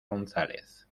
gonzález